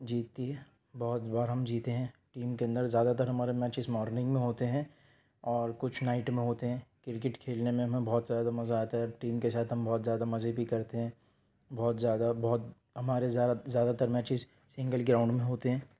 جیتتی ہے بہت بار ہم جیتے ہیں ٹیم کے اندر زیادہ تر ہمارے میچز مارننگ میں ہوتے ہیں اور کچھ نائٹ میں ہوتے ہیں کرکٹ کھیلنے میں ہمیں بہت زیادہ مزا آتا ہے ٹیم کے ساتھ ہم بہت زیادہ مزے بھی کرتے ہیں بہت زیادہ بہت ہمارے زیادہ زیادہ تر میچز سنگل گراؤنڈ میں ہوتے ہیں